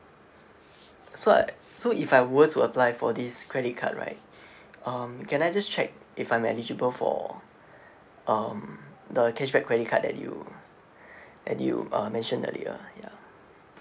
so I so if I were to apply for this credit card right um can I just check if I'm eligible for um the cashback credit card that you that you uh mentioned earlier ya